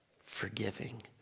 forgiving